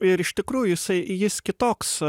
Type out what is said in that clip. ir iš tikrųjų jisai jis kitoks